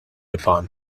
upon